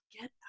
get